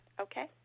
Okay